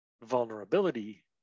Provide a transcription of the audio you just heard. vulnerability